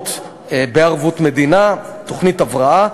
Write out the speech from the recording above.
הלוואות בערבות מדינה, תוכנית הבראה.